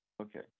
Okay